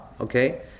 okay